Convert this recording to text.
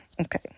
Okay